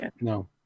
no